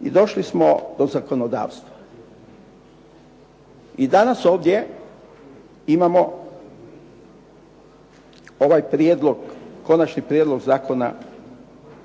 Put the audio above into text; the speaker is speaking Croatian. I došli smo do zakonodavstva. I danas ovdje imamo ovaj prijedlog, Konačni prijedlog zakona